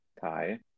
thai